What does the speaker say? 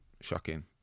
shocking